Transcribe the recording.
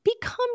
become